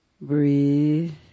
Breathe